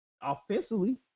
Offensively